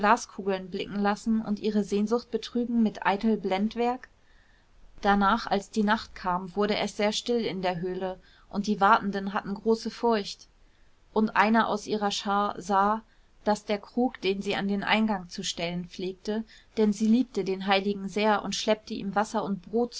glaskugeln blicken lassen und ihre sehnsucht betrügen mit eitel blendwerk danach als die nacht kam wurde es sehr still in der höhle und die wartenden hatten große furcht und eine aus ihrer schar sah daß der krug den sie an den eingang zu stellen pflegte denn sie liebte den heiligen sehr und schleppte ihm wasser und brot